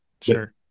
Sure